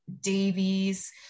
Davies